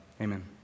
Amen